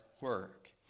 work